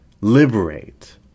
liberate